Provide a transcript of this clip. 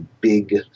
big